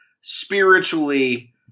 Spiritually